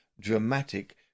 dramatic